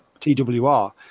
TWR